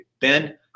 Ben